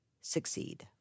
succeed